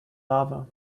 lava